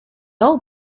old